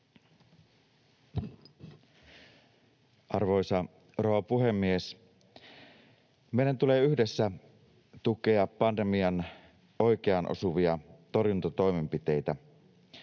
Arvoisa rouva puhemies! Meidän tulee yhdessä tukea oikeaan osuvia pandemian torjuntatoimenpiteitä.